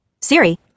Siri